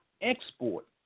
export